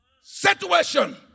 situation